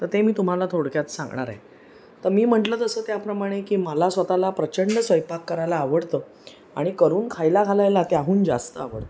तर ते मी तुम्हाला थोडक्यात सांगणार आहे तर मी म्हटलं तसं त्याप्रमाणे की मला स्वतःला प्रचंड स्वयंपाक करायला आवडतं आणि करून खायला घालायला त्याहून जास्त आवडतं